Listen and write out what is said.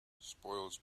spoils